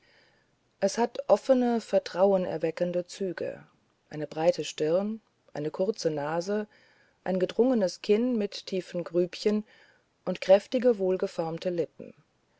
es hat offene vertrauenerweckende züge eine breite stirn eine kurze nase ein gedrungenes kinn mit tiefen grübchen und kräftige wohlgeformte lippen